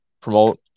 Promote